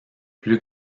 plus